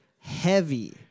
heavy